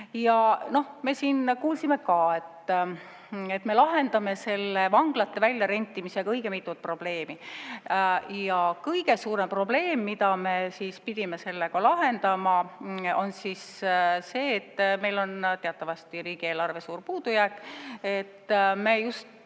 Me siin kuulsime ka seda, et me lahendame selle vanglate väljarentimisega õige mitu probleemi. Kõige suurem probleem, mida me pidavat sellega lahendama, on see, et meil on teatavasti riigieelarve suur puudujääk, ja sellega